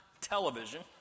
television